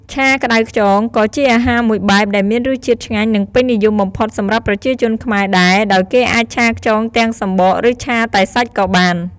ឆាក្ដៅខ្យង ក៏ជាអាហារមួយបែបដែលមានរសជាតិឆ្ងាញ់ និងពេញនិយមបំផុតសម្រាប់ប្រជាជនខ្មែរដែរ ដោយគេអាចឆាខ្យងទាំងសំបក ឬឆាតែសាច់ក៏បាន។